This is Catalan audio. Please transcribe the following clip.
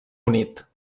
unit